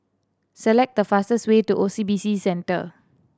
select the fastest way to O C B C Centre